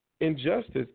injustice